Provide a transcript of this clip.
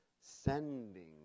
sending